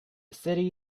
city